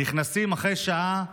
נכנסים אחרי שעה,